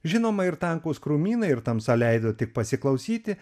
žinoma ir tankūs krūmynai ir tamsa leido tik pasiklausyti